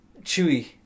Chewy